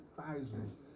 thousands